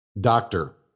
Doctor